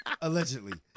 Allegedly